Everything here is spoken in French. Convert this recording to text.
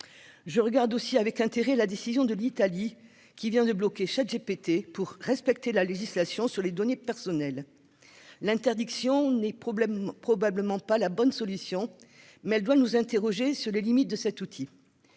je regarde avec intérêt la décision de l'Italie, qui vient de bloquer ChatGPT pour respecter la législation sur les données personnelles. L'interdiction n'est probablement pas la bonne solution, mais elle doit nous interroger sur les limites de cet outil.